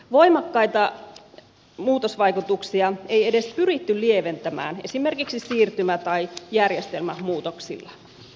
voimakkaita muutosvaikutuksia ei edes pyritty lieventämään esimerkiksi siirtymä tai järjestelmämuutoksilla